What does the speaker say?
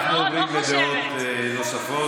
שר תחבורה